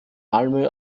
malmö